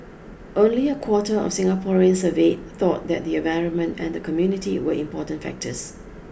only a quarter of Singaporeans surveyed thought that the environment and the community were important factors